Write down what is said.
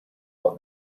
what